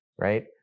Right